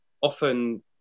often